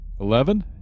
Eleven